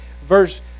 Verse